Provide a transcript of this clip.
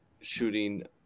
shooting